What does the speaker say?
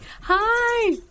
Hi